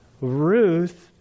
Ruth